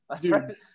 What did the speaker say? Dude